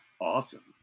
awesome